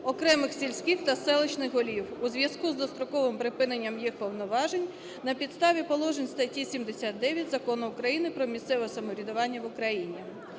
окремих сільських та селищних голів у зв’язку з достроковим припиненням їх повноважень на підставі положень статті 79 Закону України "Про місцеве самоврядування в Україні".